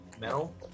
metal